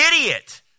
idiot